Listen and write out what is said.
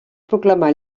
proclamar